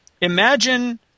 imagine